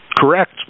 Correct